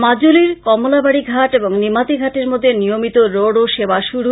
মাজুলীর কমলাবাড়িঘাট ও নিমাতিঘাটের মধ্যে নিয়মিত রো রো সেবা শুরু